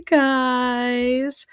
guys